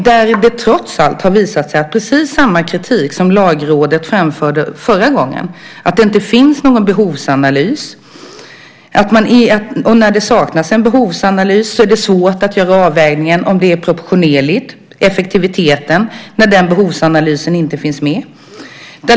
Detta görs trots att det visat sig att Lagrådet framfört precis samma kritik som förra gången, nämligen att det inte finns någon behovsanalys, och när en behovsanalys saknas är det svårt att göra avvägningen om effektiviteten är proportionerlig.